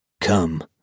Come